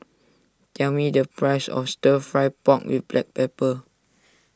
tell me the price of Stir Fry Pork with Black Pepper